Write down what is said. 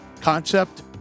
concept